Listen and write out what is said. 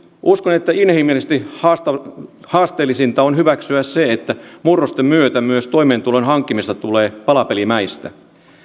uskon että inhimillisesti haasteellisinta on hyväksyä se että murrosten myötä myös toimeentulon hankkimisesta tulee palapelimäistä